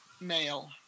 mail